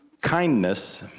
kindness